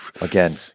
again